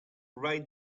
write